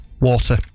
water